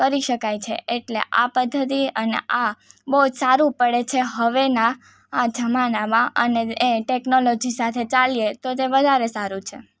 કરી શકાય છે એટલે આ પદ્ધતિ અને આ બહુ જ સારું પડે છે હવેના આ જમાનામાં અને એ ટેકનોલોજી સાથે ચાલીએ તો તે વધારે સારું છે